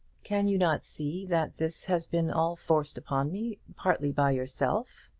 can you not see that this has been all forced upon me partly by yourself?